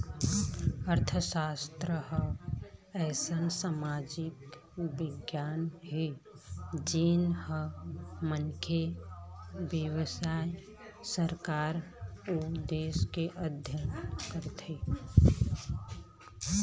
अर्थसास्त्र ह अइसन समाजिक बिग्यान हे जेन ह मनखे, बेवसाय, सरकार अउ देश के अध्ययन करथे